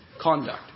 Conduct